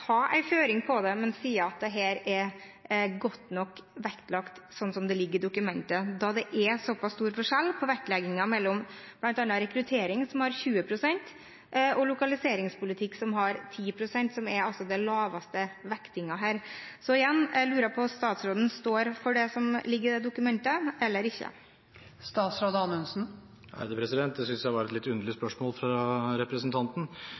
ha en føring på det, men sier at det er vektlagt godt nok sånn som det ligger i dokumentet, når det er såpass stor forskjell i vektleggingen av bl.a. rekruttering, som har 20 pst., og lokaliseringspolitikk, som har 10 pst., som er den laveste vektingen her. Så igjen: Jeg lurer på om statsråden står for det som ligger i dokumentet, eller ikke? Spørsmålet fra representanten var litt underlig. Det